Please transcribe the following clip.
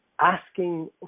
asking